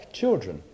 children